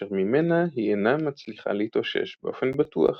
אשר ממנה היא אינה מצליחה להתאושש באופן בטוח.